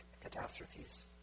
catastrophes